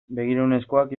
begirunezkoak